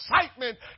excitement